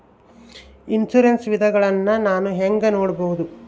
Insurance ವಿಧಗಳನ್ನ ನಾನು ಹೆಂಗ ನೋಡಬಹುದು?